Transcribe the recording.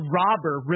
robber